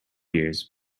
years